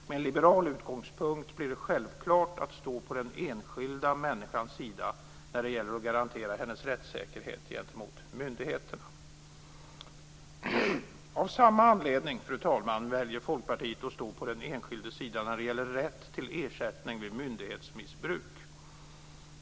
Med en liberal utgångspunkt blir det självklart att stå på den enskilda människans sida när det gäller att garantera hennes rättssäkerhet gentemot myndigheterna. Fru talman! Av samma anledning väljer Folkpartiet att stå på den enskildas sida när det gäller rätt till ersättning vid myndighetsmissbruk.